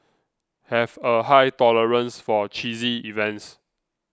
have a high tolerance for cheesy events